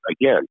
Again